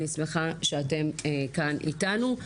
אני שמחה שאתן כאן איתנו.